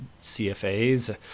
CFAs